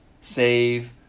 save